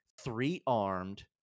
three-armed